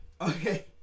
Okay